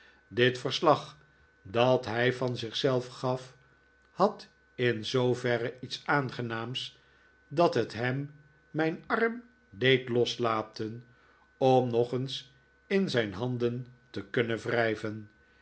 dit verslag dat hij van zich zelf gaf had in zooverre iets aangenaams dat het hem mijn arm deed loslaten om nog eens in zijn handen te kunnen wrijven